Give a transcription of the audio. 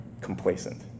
complacent